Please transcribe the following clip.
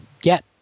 get